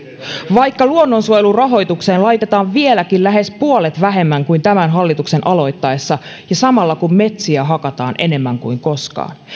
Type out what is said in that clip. vaikka luonnonsuojelurahoitukseen laitetaan vieläkin lähes puolet vähemmän kuin tämän hallituksen aloittaessa ja samalla metsiä hakataan enemmän kuin koskaan